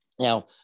Now